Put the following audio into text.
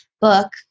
book